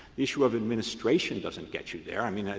issue of administration doesn't get you there. i mean,